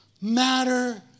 matter